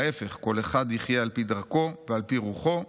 להפך, כל אחד יחיה על פי דרכו ועל פי רוחו,